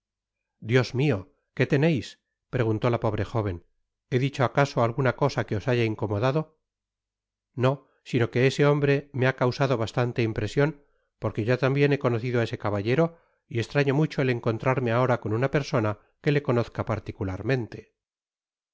dios mio qué teneis preguntó la pobre jóvon hedicho acaso alguna cosa que os haya incomodado no sino que ese hombre me ha causado bastante impresion porque yo tambien he conocido á ese caballero y estraño mucho el encontrarme ahora con una persona que le conozca particularmente